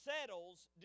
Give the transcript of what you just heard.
settles